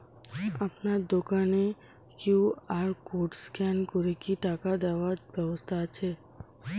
আপনার দোকানে QR code scan করে কি টাকা দেওয়ার ব্যবস্থা আছে?